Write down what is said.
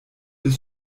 bis